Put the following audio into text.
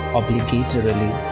obligatorily